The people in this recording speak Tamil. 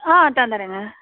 ஆ தந்துடுரேங்க